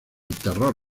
terror